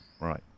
Right